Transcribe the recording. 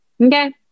Okay